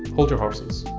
hold your horses!